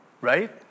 Right